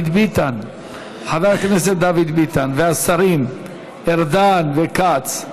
חבר הכנסת דוד ביטן והשרים ארדן וכץ.